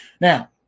Now